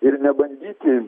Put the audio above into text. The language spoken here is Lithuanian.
ir nebandyti